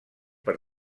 per